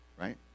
right